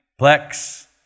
Plex